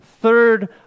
third